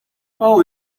all